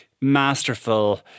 masterful